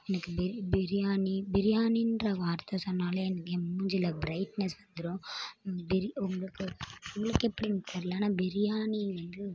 எனக்கு பிரியாணி பிரியாணின்ற வார்த்தை சொன்னால் எனக்கு என் மூஞ்சியில் பிரைட்னஸ் வந்துடும் உங்களுக்கு உங்களுக்கு எப்டின்னு தெரில ஆனால் பிரியாணி வந்து